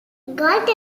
galt